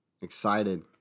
Excited